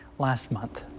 last month.